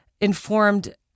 informed